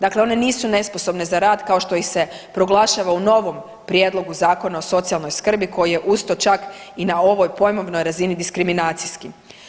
Dakle, one nisu nesposobne za rad kao što ih se proglašava u novom prijedlogu Zakona o socijalnoj skrbi koji je uz to čak i na ovoj pojmovnoj razini diskriminacijski.